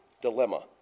dilemma